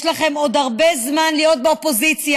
יש לכם עוד הרבה זמן להיות באופוזיציה.